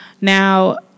Now